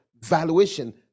valuation